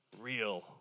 real